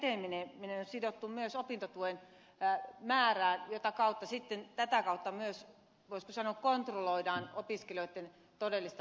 opintojen eteneminen on sidottu myös opintotuen määrään joten tätä kautta myös voisiko sanoa kontrolloidaan opiskelijoitten todellista työtuloa